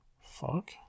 fuck